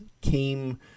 came